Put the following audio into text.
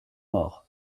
mort